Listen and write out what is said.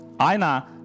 Aina